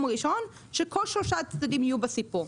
הראשון שכל שלושה הצדדים יהיו בסיפור.